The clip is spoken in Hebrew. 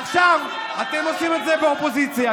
עכשיו אתם עושים את זה באופוזיציה.